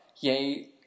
yay